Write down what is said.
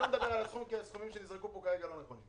אני לא מדבר על הסכום כי הסכומים שנזרקו פה כרגע לא נכונים.